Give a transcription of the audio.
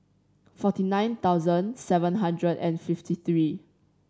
forty nine thousand seven hundred and fifty three